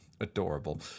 Adorable